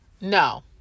no